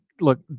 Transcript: look